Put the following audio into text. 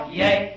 yay